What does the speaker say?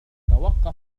توقف